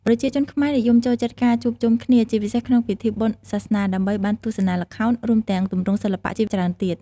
ប្រជាជនខ្មែរនិយមចូលចិត្តការជួបជុំគ្នា ជាពិសេសក្នុងពិធីបុណ្យសាសនា ដើម្បីបានទស្សនាល្ខោន រួមទាំងទម្រង់សិល្បៈជាច្រើនទៀត។